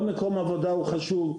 וכל מקום עבודה הוא חשוב.